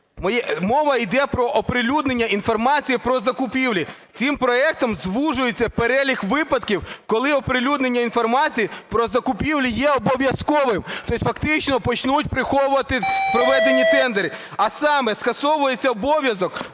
мова іде про оприлюднення інформації про закупівлі. Цим проектом звужується перелік випадків, коли оприлюднення інформації про закупівлі є обов'язковим, то єсть фактично почнуть приховувати проведені тендери, а саме скасовується обов'язок